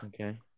Okay